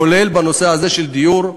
כולל בנושא הזה של דיור,